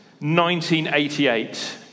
1988